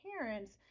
parents